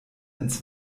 ins